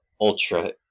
ultra